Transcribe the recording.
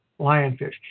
lionfish